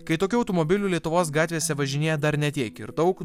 kai tokių automobilių lietuvos gatvėse važinėja dar ne tiek ir daug